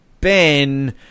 Ben